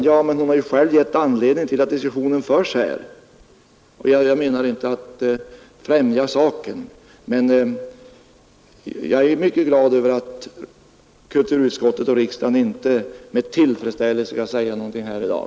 Men fru Jonäng har ju själv gett anledning till att diskussionen förs här, och jag menar att det inte främjar saken. Men jag är mycket glad över att kulturutskottet och riksdagen inte med tillfredsställelse skall säga någonting här i dag.